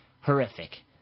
Horrific